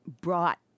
brought